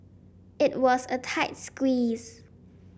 it was a tight squeeze